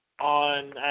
on